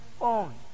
own